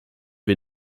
wir